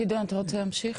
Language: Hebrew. גדעון אתה רוצה להמשיך?